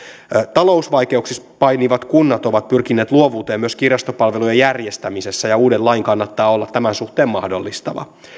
talousvaikeuksissa painivat kunnat ovat pyrkineet luovuuteen myös kirjastopalvelujen järjestämisessä ja uuden lain kannattaa olla tämän suhteen mahdollistava